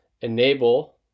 enable